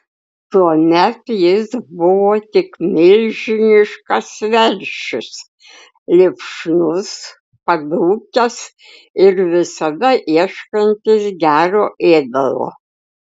tuomet jis buvo tik milžiniškas veršis lipšnus padūkęs ir visada ieškantis gero ėdalo